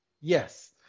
Yes